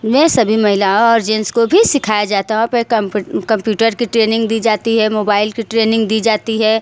में सभी महिलाओं और जेन्स को भी सिखाया जाता है वहाँ पर कम्प्यूटर की ट्रेनिंग दी जाती है मोबाइल की ट्रेनिंग दी जाती है